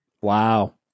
Wow